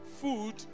food